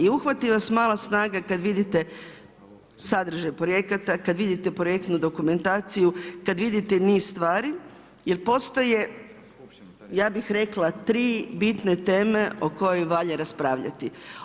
I uhvati vas mala snaga kada vidite sadržaj projekata, kada vidite projektnu dokumentaciju, kada vidite niz stvari jer postoje, ja bih rekla tri bitne teme o kojima valja raspravljati.